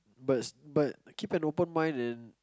bus but keep an open mind and